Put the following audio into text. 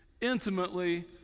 intimately